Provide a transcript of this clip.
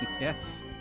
Yes